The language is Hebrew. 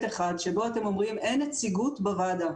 אחד שאתם אומרים שאין נציגות בוועדה.